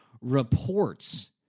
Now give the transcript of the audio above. reports